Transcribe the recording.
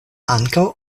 ankaŭ